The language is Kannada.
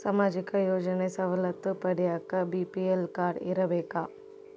ಸಾಮಾಜಿಕ ಯೋಜನೆ ಸವಲತ್ತು ಪಡಿಯಾಕ ಬಿ.ಪಿ.ಎಲ್ ಕಾಡ್೯ ಇರಬೇಕಾ?